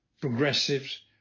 progressives